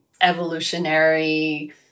evolutionary